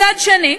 מצד שני,